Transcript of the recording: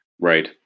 Right